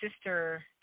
sister